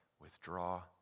withdraw